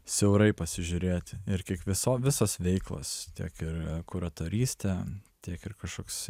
siaurai pasižiūrėti ir kiek viso visos veiklos tiek ir kuratorystė tiek ir kažkoks